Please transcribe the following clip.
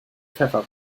pfeffer